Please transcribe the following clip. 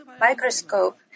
microscope